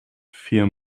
via